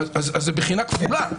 זה בחינה כפולה.